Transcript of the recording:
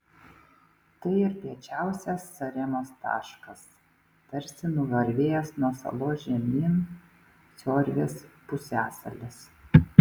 tai ir piečiausias saremos taškas tarsi nuvarvėjęs nuo salos žemyn siorvės pusiasalis